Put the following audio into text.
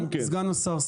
סגן השר, סליחה.